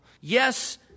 Yes